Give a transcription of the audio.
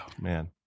Man